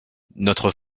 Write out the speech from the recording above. notre